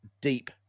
deep